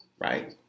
right